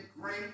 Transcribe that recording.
great